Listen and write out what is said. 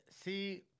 see